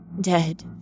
dead